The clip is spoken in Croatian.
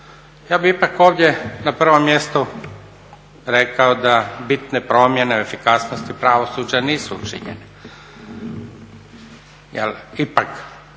Ja bih ipak ovdje na prvom mjestu rekao da bitne promjene u efikasnosti pravosuđa nisu učinjene jer